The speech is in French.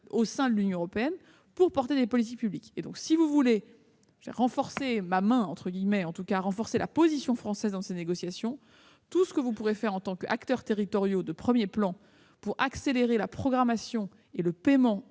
au sein de l'Union européenne pour soutenir des politiques publiques. Si vous voulez renforcer la position française dans ces négociations, tout ce que vous pourrez faire en tant qu'acteurs territoriaux de premier plan pour accélérer la programmation et le paiement